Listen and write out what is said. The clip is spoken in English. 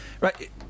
right